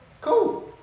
Cool